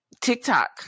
TikTok